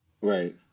right